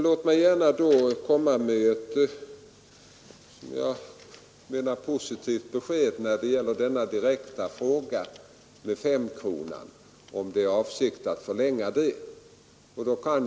Låt mig sedan komma med ett som jag anser positivt besked när det gäller den direkta frågan huruvida avsikten är att förlänga ”femkronan”.